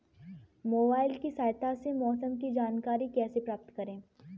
Mobile की सहायता से मौसम की जानकारी कैसे प्राप्त करें?